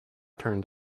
turned